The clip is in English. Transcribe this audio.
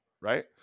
right